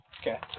Okay